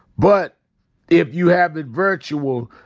but if you have it virtual,